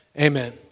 Amen